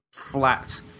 flat